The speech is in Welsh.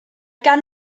gan